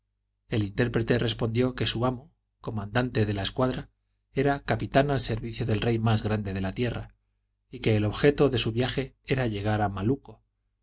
el intérprete respondió que su amo comandante de la escuadra era capitán al servicio del rey más grande de la tierra y que el objeto de su viaje era llegar a malucco